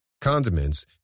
condiments